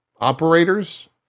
operators